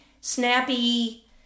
snappy